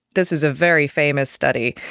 this is a very famous study,